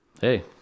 Hey